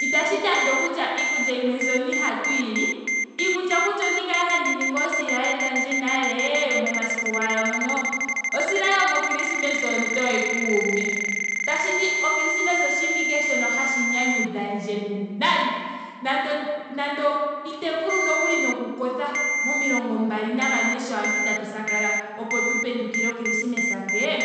Itashiti andola kutya iikulya yimwe mbyoka ihatu yili. iikulya nando ondi kale handi ningi oosilaye dhandje nale momasiku gowala ngoka. osilaye yomo krismesa ontoye kuume. Tashiti o krismesa oshinima shoka hashi nyanyudhandje nayi. Nando nando ite vulu nokuli noku kotha momilongo mbali nagane. sho aantu tatu sakala opo tu pendukile o krismesa ngee.